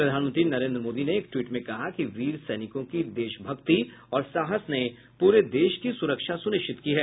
प्रधानमंत्री नरेंद्र मोदी ने एक ट्वीट में कहा कि वीर सैनिकों की देशभक्ति और साहस ने पूरे देश की सुरक्षा सुनिश्चित की है